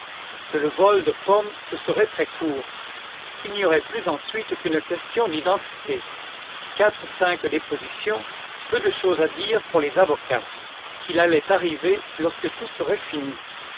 que le vol de pommes ce serait très court qu'il n'y aurait plus ensuite qu'une question d'identité quatre ou cinq dépositions peu de chose à dire pour les avocats qu'il allait arriver lorsque tout serait fini